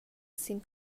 sin